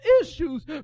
issues